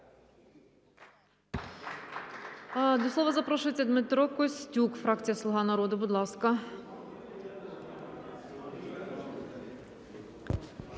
Дякую.